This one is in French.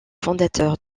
fondateur